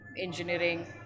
engineering